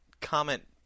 comment